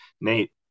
Nate